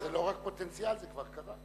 זה לא רק פוטנציאל, זה כבר קרה.